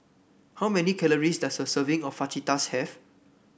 how many calories does a serving of Fajitas have